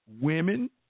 Women